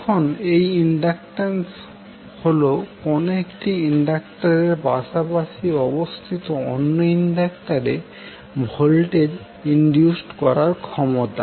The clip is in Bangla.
এখন এই ইন্ডাক্টান্স হলো কোন একটি ইন্ডাক্টরের পাশাপাশি অবস্থিত অন্য ইন্ডাক্টরে ভোল্টেজ ইনডিউসড করার ক্ষমতা